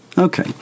Okay